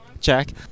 Jack